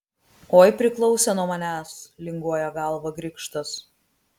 oi priklausė nuo manęs linguoja galvą grikštas